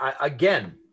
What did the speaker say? again